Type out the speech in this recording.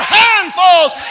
handfuls